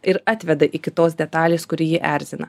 ir atveda iki tos detalės kuri jį erzina